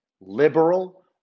liberal